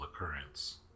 occurrence